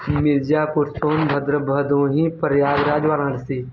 Mirzapur Sonbhadra Bhadohi Prayagraj Varanasi